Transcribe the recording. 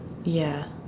ya